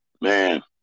Man